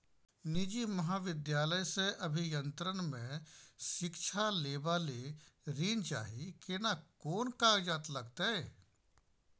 निजी महाविद्यालय से अभियंत्रण मे शिक्षा लेबा ले ऋण चाही केना कोन कागजात लागतै?